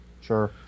Sure